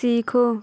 سیکھو